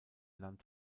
land